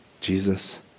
Jesus